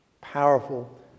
powerful